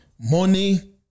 Money